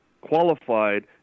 qualified